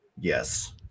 yes